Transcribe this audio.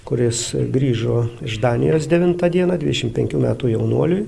kuris grįžo iš danijos devintą dieną dvidešim penkių metų jaunuoliui